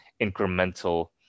incremental